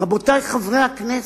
רבותי חברי הכנסת,